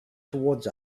towards